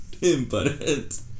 Impotent